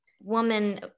woman